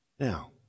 Now